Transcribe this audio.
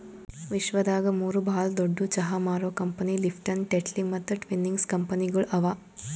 ವಿಶ್ವದಾಗ್ ಮೂರು ಭಾಳ ದೊಡ್ಡು ಚಹಾ ಮಾರೋ ಕಂಪನಿ ಲಿಪ್ಟನ್, ಟೆಟ್ಲಿ ಮತ್ತ ಟ್ವಿನಿಂಗ್ಸ್ ಕಂಪನಿಗೊಳ್ ಅವಾ